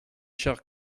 chers